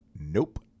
Nope